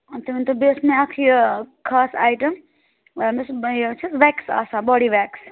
تُہۍ ؤنۍتو بیٚیہِ ٲس مےٚ اَکھ یہِ خاص آیٹَم مےٚ چھِ بےَ یا وٮ۪کٕس آسان باڈی وٮ۪کٕس